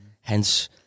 Hence